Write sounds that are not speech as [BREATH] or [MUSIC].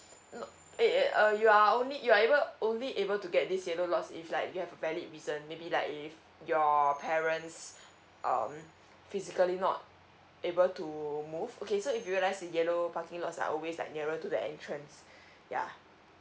no it it uh you are only you are able only able to get this yellow lots if like you have a valid reason maybe like if your parents um physically not able to move okay so if you realise the yellow parking lots are always like nearer to the entrance [BREATH] ya